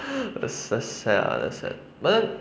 that's so sad ah so sad but then